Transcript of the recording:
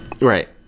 Right